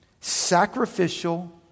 sacrificial